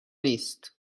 نیست